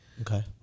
Okay